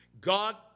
God